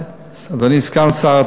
אדוני סגן השר,